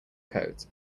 coat